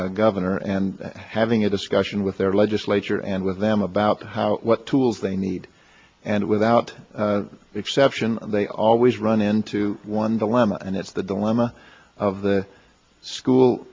governor and having a discussion with their legislature and with them about how what tools they need and without exception they always run into one dilemma and it's the dilemma of the school